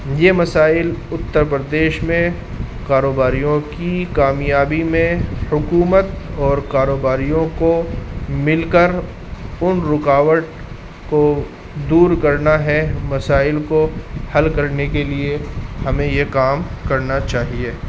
یہ مسائل اتر پردیش میں کاروباریوں کی کامیابی میں حکومت اور کاروباریوں کو مل کر ان رکاوٹ کو دور کرنا ہے مسائل کو حل کرنے کے لیے ہمیں یہ کام کرنا چاہیے